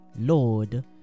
Lord